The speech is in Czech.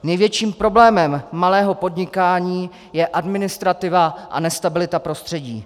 Největším problémem malého podnikání je administrativa a nestabilita prostředí.